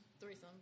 Threesome